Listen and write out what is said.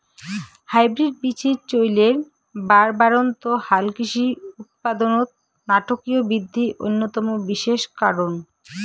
hybrid বীচির চইলের বাড়বাড়ন্ত হালকৃষি উৎপাদনত নাটকীয় বিদ্ধি অইন্যতম বিশেষ কারণ